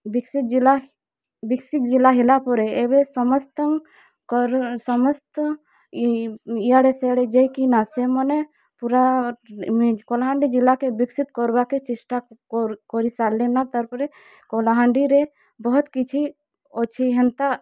ବିକ୍ଶିତ୍ ଜିଲ୍ଲା ବିକ୍ଶିତ୍ ଜିଲ୍ଲା ହେଲା ପରେ ଏବେ ସମସ୍ତଙ୍କର ସମସ୍ତ ଇଆଡ଼େ ସିଆଡେ ଯାଇକିନା ସେମାନେ ପୂରା କଲାହାଣ୍ଡି ଜିଲ୍ଲା କେ ବିକ୍ଶିତ୍ କର୍ବାକେ ଚେଷ୍ଟା କରି ସାର୍ଲେନ ତାର୍ ପରେ କହାଲାଣ୍ଡିରେ ବହତ୍ କିଛି ଅଛେ ହେନ୍ତା